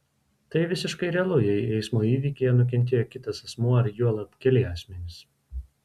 tai visiškai realu jei eismo įvykyje nukentėjo kitas asmuo ar juolab keli asmenys